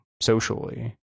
socially